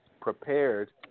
prepared